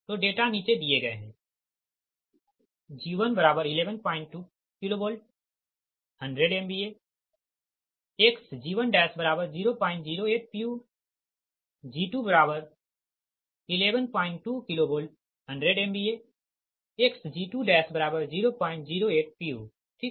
तो डेटा नीचे दिए गए है G1 112 kV 100 MVA xg1008 pu G2112 kV 100 MVAxg2008 pu ठीक